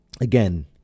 again